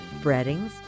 breadings